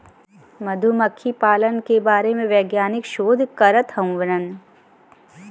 मधुमक्खी पालन के बारे में वैज्ञानिक शोध करत हउवन